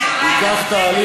בקשה,